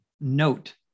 note